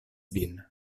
vin